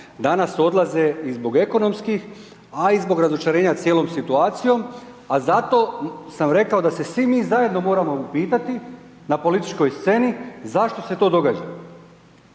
Danas odlaze i zbog ekonomskih, a i zbog razočarenja cijelom situacijom, a za to sam rekao da se svi mi zajedno moramo upitati na političkoj sceni, zašto se to događa.